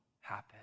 happen